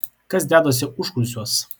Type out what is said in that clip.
kas dedasi užkulisiuos